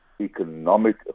economic